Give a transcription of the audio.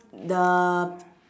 the